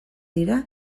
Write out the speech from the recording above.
dira